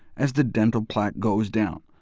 as the dental plaque goes down.